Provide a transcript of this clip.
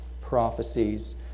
prophecies